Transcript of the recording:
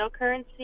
cryptocurrency